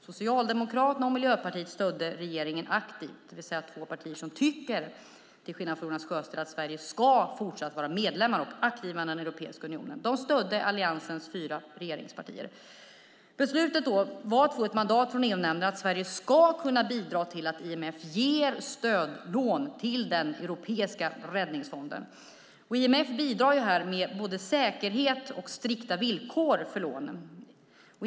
Socialdemokraterna och Miljöpartiet stödde regeringen aktivt. Det är två partier som till skillnad från Jonas Sjöstedt tycker att Sverige ska fortsätta att vara aktiv medlem i Europeiska unionen. De stödde Alliansens fyra regeringspartier. Beslutet i EU-nämnden innebär ett mandat till att Sverige ska kunna bidra till att IMF ger stödlån till den europeiska räddningsfonden. IMF bidrar med både säkerhet och strikta villkor för lånen.